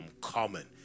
common